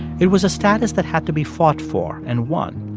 it was a status that had to be fought for and won.